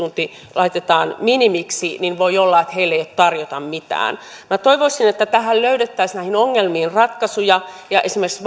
laitetaan minimiksi niin voi olla että heillä ei ole tarjota mitään minä toivoisin että löydettäisiin näihin ongelmiin ratkaisuja ja esimerkiksi